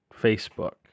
Facebook